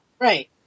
Right